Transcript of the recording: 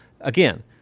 again